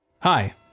Hi